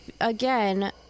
Again